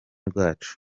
rwacu